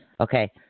Okay